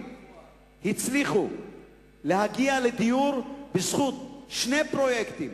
הצליחו להגיע לדיור בזכות שני פרויקטים: